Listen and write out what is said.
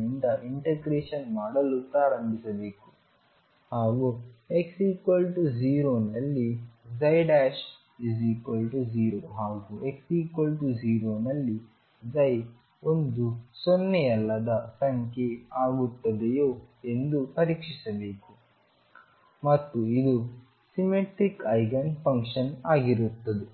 ನಿಂದ ಇಂಟಿಗ್ರೇಷನ್ ಮಾಡಲು ಪ್ರಾರಂಭಿಸಬೇಕು ಹಾಗೂ x0 ನಲ್ಲಿ ψ0 ಹಾಗೂ x0 ನಲ್ಲಿ ψ ಒಂದು ಸೊನ್ನೆಯಲ್ಲದ ಸಂಖ್ಯೆ ಆಗುತ್ತದೆಯೋ ಎಂದು ಪರೀಕ್ಷಿಸಬೇಕು ಮತ್ತು ಇದು ಸಿಮ್ಮೆಟ್ರಿಕ್ ಐಗನ್ ಫಂಕ್ಷನ್ ಆಗಿರುತ್ತದೆ